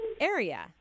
area